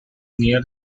near